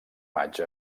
maig